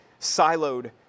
siloed